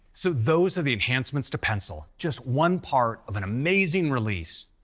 so those are the enhancements to pencil. just one part of an amazing release,